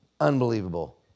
Unbelievable